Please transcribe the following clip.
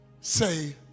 say